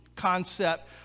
concept